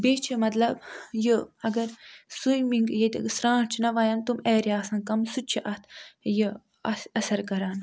بیٚیہِ چھُ مَطلَب یہِ اگر سویمِنٛگ ییٚتہِ سرٛانٛٹھ چھِنا وایان تِم ایریا آسان کم سُہ تہِ چھُ اَتھ یہِ اَث اَثَر کَران